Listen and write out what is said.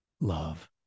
love